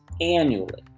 annually